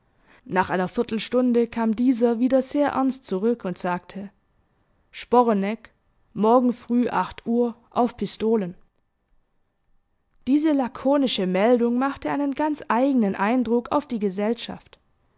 nach einer viertelstunde kam dieser wieder sehr ernst zurück und sagte sporeneck morgen früh acht uhr auf pistolen diese lakonische meldung machte einen ganz eigenen eindruck auf die gesellschaft